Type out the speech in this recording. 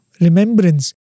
remembrance